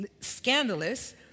scandalous